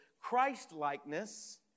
Christ-likeness